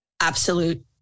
absolute